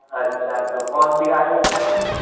اچھا تو کون سی گاڑی ہے سر